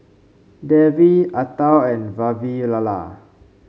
Devi Atal and Vavilala